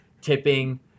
tipping